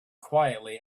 quietly